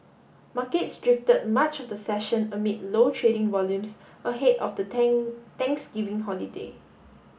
markets drifted much of the session amid low trading volumes ahead of the Thanksgiving holiday